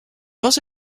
was